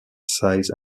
size